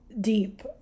deep